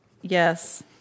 yes